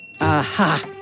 Aha